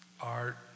Art